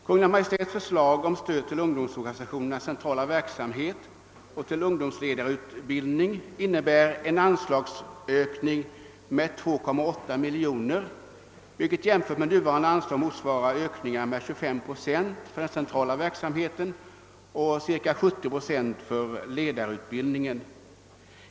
Kungl. Maj:ts förslag om stöd till ungdomsorganisationernas centrala verksamhet och till ungdomsledarutbildning innebär en anslagsökning med 2,8 miljoner kronor, vilket jämfört med nuvarande anslag innebär en ökning med 25 procent för den centrala verksamheten och cirka 70 procent för ledarutbildningen.